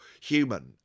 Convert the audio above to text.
human